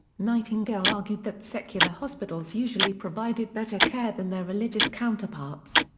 nightingale argued that secular hospitals usually provided better care than their religious counterparts.